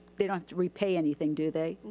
they don't have to repay anything do they?